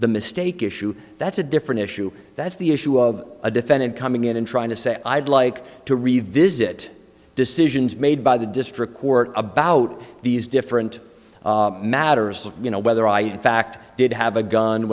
the mistake issue that's a different issue that's the issue of a defendant coming in and trying to say i'd like to revisit decisions made by the district court about these different matters you know whether i in fact did have a gun